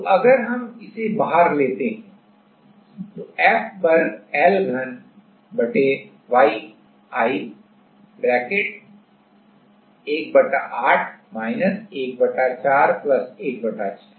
तो अगर हम इसे बाहर लेते हैं तो F वर्ग L घन YI 18 14 16